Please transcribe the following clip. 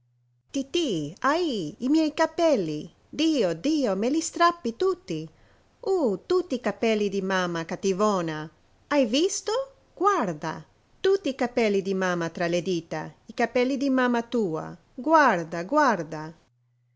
ahi i miei capelli dio dio me li strappi tutti uh tutti i capelli di mamma cattivona hai visto guarda tutti i capelli di mamma tra le dita i capelli di mamma tua guarda guarda